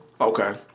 Okay